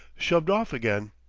shoved off again.